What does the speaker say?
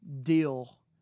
deal